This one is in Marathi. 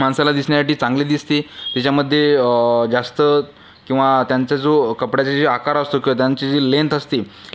माणसाला दिसण्यासाठी चांगले दिसते त्याच्यामध्ये जास्त किंवा त्यांचा जो कपड्याचे जे आकार असतो त्यांची जी लेन्थ असते